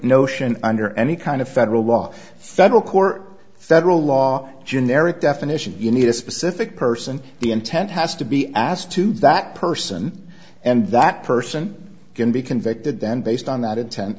notion under any kind of federal law federal court federal law generic definition you need a specific person the intent has to be asked to that person and that person can be convicted then based on that inten